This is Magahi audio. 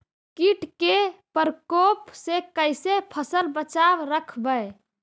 कीट के परकोप से कैसे फसल बचाब रखबय?